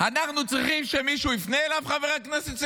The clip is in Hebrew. אנחנו צריכים שמישהו יפנה, חבר הכנסת סגלוביץ'?